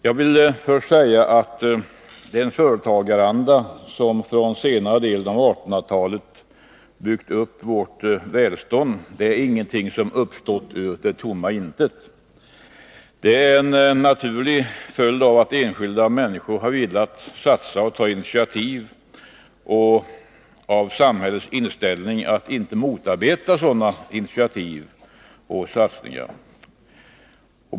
Jag vill först säga att den företagaranda som från senare delen av 1800-talet byggt upp vårt välstånd inte är någonting som uppstått ur tomma intet. Det är en naturlig följd av enskilda människors vilja att satsa och ta initiativ och av samhällets inställning att inte motarbeta sådana initiativ och satsningar.